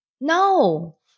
No